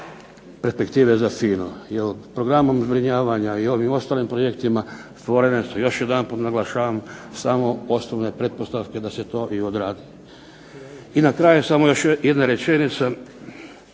perspektive za FINA-u jer programom zbrinjavanja i ovim ostalim projektima, stvoreni su, još jedanput naglašavam samo osnovne pretpostavke da se to i odradi. I na kraju još jedna rečenica,